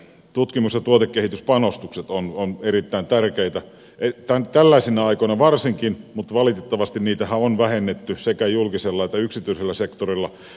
tutkimus ja tuotekehityspanostukset ovat erittäin tärkeitä tällaisina aikoinaan varsinkin mutta valitettavasti niitähän on vähennetty sekä julkisella että yksityisellä sektorilla